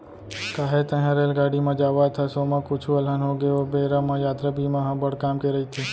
काहे तैंहर रेलगाड़ी म जावत हस, ओमा कुछु अलहन होगे ओ बेरा म यातरा बीमा ह बड़ काम के रइथे